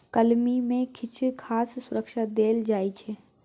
कलमी मे किछ खास सुरक्षा देल जाइ छै